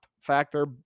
factor